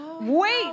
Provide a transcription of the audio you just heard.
wait